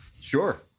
Sure